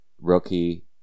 rookie